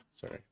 Sorry